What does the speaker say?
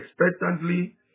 expectantly